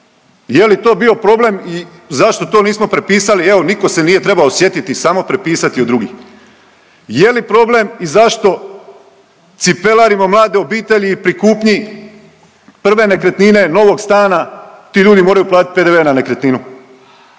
je li to bio problem i zašto to nismo prepisali, evo niko se nije trebao sjetiti, samo prepisati od drugih? Je li problem i zašto cipelarimo mlade obitelji pri kupnji prve nekretnine, novog stana, ti ljudi moraju platit PDV na nekretninu?